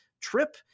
trip